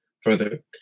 further